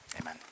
Amen